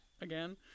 Again